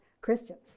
Christians